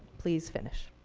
please finish.